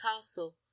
castle